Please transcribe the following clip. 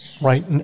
right